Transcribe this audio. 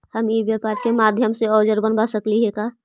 हम ई व्यापार के माध्यम से औजर मँगवा सकली हे का?